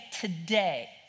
today